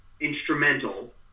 instrumental